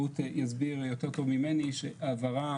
אני רוצה לציין שבמקביל,